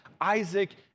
Isaac